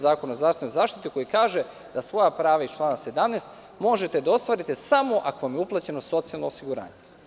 Zakona o zdravstvenoj zaštiti, koji kaže da svoja prava iz člana 17. možete da ostvarite samo ako vam je uplaćeno socijalno osiguranje.